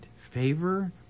favor